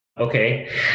Okay